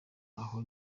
aho